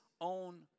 own